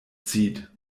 zieht